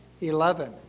Eleven